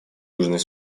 южный